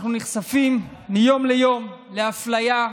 אנחנו נחשפים מיום ליום לאפליה.